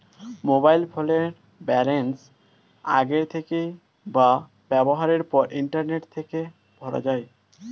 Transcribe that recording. mobile ফোনের balance আগের থেকে বা ব্যবহারের পর ইন্টারনেট থেকে ভরা যায়